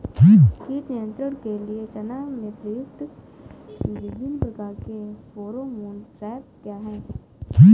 कीट नियंत्रण के लिए चना में प्रयुक्त विभिन्न प्रकार के फेरोमोन ट्रैप क्या है?